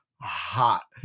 hot